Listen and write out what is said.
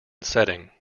setting